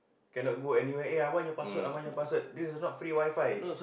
cannot go anywhere eh I want your password I want your password this is not free Wi-Fi